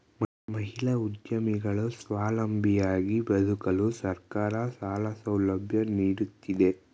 ಮಹಿಳಾ ಉದ್ಯಮಿಗಳು ಸ್ವಾವಲಂಬಿಯಾಗಿ ಬದುಕಲು ಸರ್ಕಾರ ಸಾಲ ಸೌಲಭ್ಯ ನೀಡುತ್ತಿದೆ